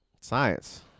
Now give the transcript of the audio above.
Science